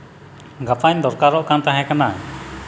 ᱜᱟᱯᱟᱧ ᱫᱚᱨᱠᱟᱨᱚᱜ ᱠᱟᱱ ᱛᱟᱦᱮᱸ ᱠᱟᱱᱟ